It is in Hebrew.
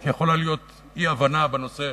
כי יכולה להיות אי-הבנה בנושא,